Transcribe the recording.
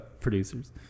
producers